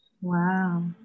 Wow